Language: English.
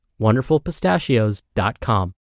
wonderfulpistachios.com